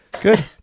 Good